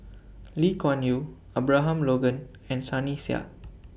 Lee Kuan Yew Abraham Logan and Sunny Sia